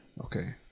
Okay